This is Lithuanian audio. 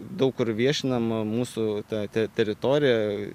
daug kur viešinama mūsų ta teritorija